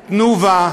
"תנובה"